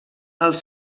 els